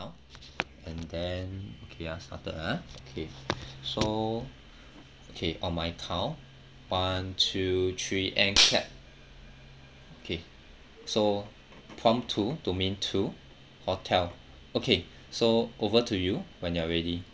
oh and then okay ah started ah okay so okay on my count one two three and clap okay so prompt two domain two hotel okay so over to you when you are ready